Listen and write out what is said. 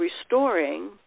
restoring